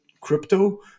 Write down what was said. crypto